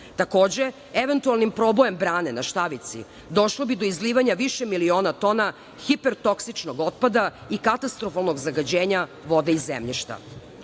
Takođe, eventualnim probojem brane na Štavici došlo bi do izlivanja više miliona tona hiper toksičnog otpada i katastrofalnog zagađenja vode i zemljišta. Planirane